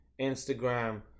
Instagram